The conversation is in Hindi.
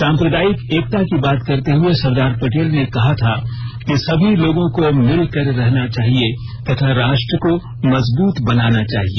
सांप्रदायिक एकता की बात करते हुए सरदार पटेल ने कहा था कि सभी लोगों को मिलकर रहना चाहिए तथा राष्ट्र को मजबूत बनाना चाहिए